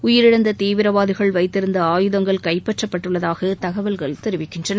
உயிரிழந்த தீவிரவாதிகள் வைத்திருந்த ஆயுதங்கள் கைப்பற்றப்பட்டுள்ளதாக தகவல்கள் தெரிவிக்கின்றன